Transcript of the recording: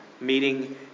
meeting